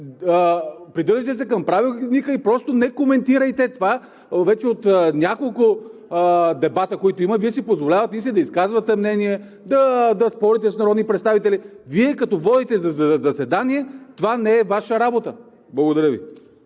придържайте се към Правилника и не коментирайте. Вече на няколко дебата Вие си позволявате да изказвате мнения, да спорите с народни представители. Вие като водещ заседание – това не е Ваша работа! Благодаря.